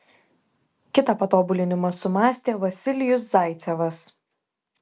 kitą patobulinimą sumąstė vasilijus zaicevas